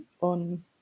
on